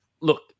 Look